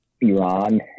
iran